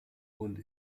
und